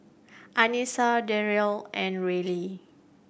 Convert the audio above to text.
Anissa Darrien and Rylie